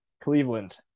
Cleveland